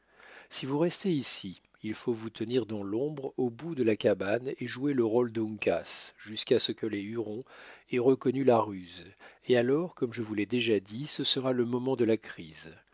si vous restez ici il faut vous tenir dans l'ombre au bout de la cabane et jouer le rôle d'uncas jusqu'à ce que les hurons aient reconnu la ruse et alors comme je vous l'ai déjà dit ce sera le moment de la crise